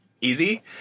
easy